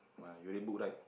ah you read book right